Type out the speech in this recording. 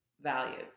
value